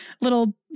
little